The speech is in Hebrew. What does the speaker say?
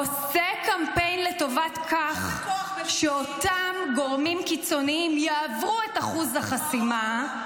עושה קמפיין לטובת כך שאותם גורמים קיצוניים יעברו את אחוז החסימה,